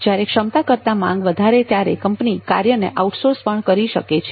જ્યારે ક્ષમતા કરતાં માંગ વધે ત્યારે કંપનીઓ કાર્યને આઉટસોર્સ પણ કરી શકે છે